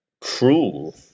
cruel